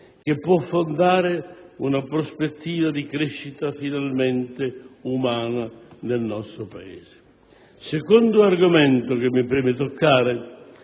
che può fondarsi una prospettiva di crescita finalmente umana nel nostro Paese. Il secondo argomento che mi preme toccare,